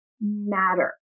matter